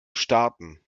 starten